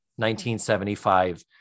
1975